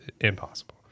impossible